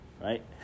right